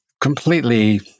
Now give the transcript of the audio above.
completely